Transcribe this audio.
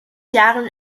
jahren